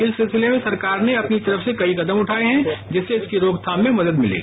इस सिलसिले में सरकार ने अपनी तरफ से कई कदम उठाये हैं जिससे इसकी रोकथाम में मदद मिलेगी